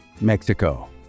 Mexico